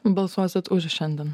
balsuosit už šiandien